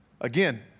Again